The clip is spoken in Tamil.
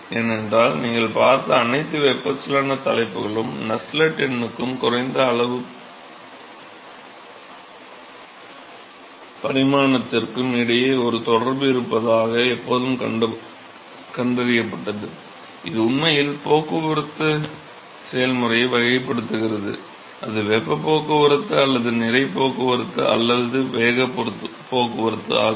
ஏனென்றால் நீங்கள் பார்த்த அனைத்து வெப்பச்சலன தலைப்புகளும் நஸ்ஸெல்ட் எண்ணுக்கும் குறைந்த அளவு பரிமாணத்திற்கும் இடையே ஒரு தொடர்பு இருப்பதாக எப்போதும் கண்டறியப்பட்டது இது உண்மையில் போக்குவரத்து செயல்முறையை வகைப்படுத்துகிறது அது வெப்பப் போக்குவரத்து அல்லது நிறை போக்குவரத்து அல்லது வேகப் போக்குவரத்து ஆகும்